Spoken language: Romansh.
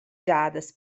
gadas